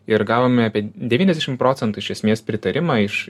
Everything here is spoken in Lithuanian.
ir gavome apie devyniasdešim procentų iš esmės pritarimą iš